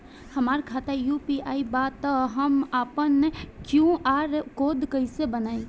हमार खाता यू.पी.आई बा त हम आपन क्यू.आर कोड कैसे बनाई?